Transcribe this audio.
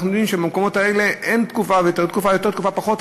אנחנו יודעים שבמקומות האלה אין תקופה יותר ותקופה פחות.